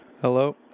hello